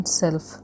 self